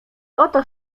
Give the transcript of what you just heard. oto